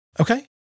Okay